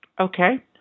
Okay